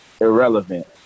irrelevant